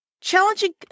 challenging